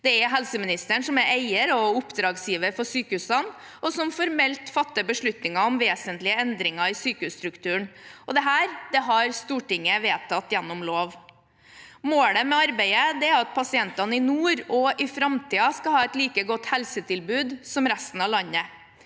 Det er helseministeren som er eier og oppdragsgiver for sykehusene, og som formelt fatter beslutninger om vesentlige endringer i sykehusstrukturen. Dette har Stortinget vedtatt gjennom lov. Målet med arbeidet er at pasientene i nord også i framtiden skal ha et like godt helsetilbud som i resten av landet.